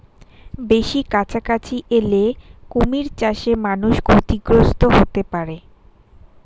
বেশি কাছাকাছি এলে কুমির চাষে মানুষ ক্ষতিগ্রস্ত হতে পারে